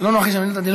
לא נוח לי שאני מדבר,